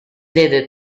deve